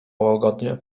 łagodnie